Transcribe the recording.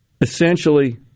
essentially